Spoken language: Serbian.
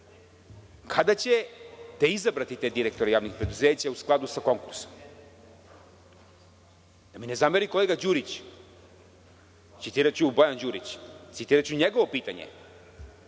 kada ćete izabrati te direktore javnih preduzeća u skladu sa konkursom? Da mi ne zameri kolega Bojan Đurić, citiraću njegovo pitanje.